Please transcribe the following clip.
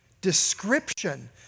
description